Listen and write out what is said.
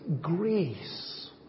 grace